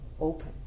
open